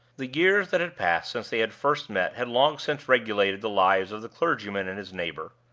the years that had passed since they had first met had long since regulated the lives of the clergyman and his neighbor.